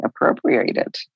appropriated